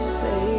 say